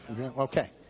Okay